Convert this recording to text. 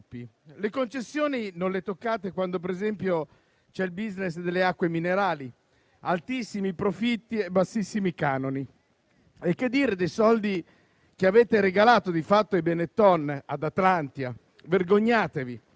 Le concessioni non le toccate quando - per esempio -c'è il *business* delle acque minerali, con altissimi profitti e bassissimi canoni. Che dire dei soldi che avete regalato di fatto ai Benetton, ad Atlantia? Vergognatevi!